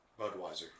Budweiser